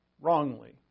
wrongly